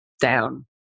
down